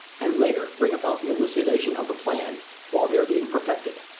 and later bring about the elucidation of the plans while they are being perfected.